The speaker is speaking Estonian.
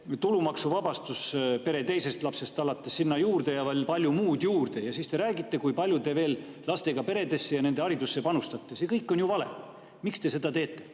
tulumaksuvabastuse pere teisest lapsest alates sinna juurde ja veel palju muud. Ja siis te veel räägite, kui palju te lastega peredesse ja nende haridusse panustate. See kõik on ju vale. Miks te seda teete?